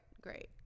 Great